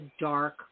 dark